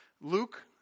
Luke